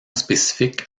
spécifique